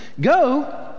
Go